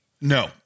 No